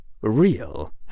real